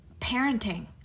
parenting